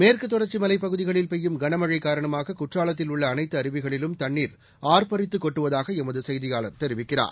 மேற்குத் தொடர்ச்சி மலைப்பகுதிகளில் பெய்யும் கனமழை காரணமாக குற்றாலத்தில் உள்ள அனைத்து அருவிகளிலும் தண்ணீர் ஆர்ப்பரித்து கொட்டுவதாக எமது செய்தியாளர் தெரிவிக்கிறார்